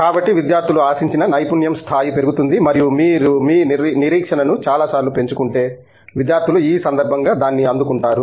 కాబట్టి విద్యార్థులు ఆశించిన నైపుణ్యం స్థాయి పెరుగుతుంది మరియు మీరు మీ నిరీక్షణను చాలాసార్లు పెంచుకుంటే విద్యార్థులు ఈ సందర్భంగా దాన్ని అందుకుంటారు